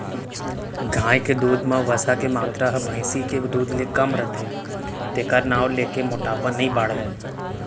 गाय के दूद म वसा के मातरा ह भईंसी के दूद ले कम रथे तेकर नांव लेके मोटापा नइ बाढ़य